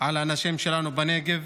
על האנשים שלנו בנגב.